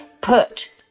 put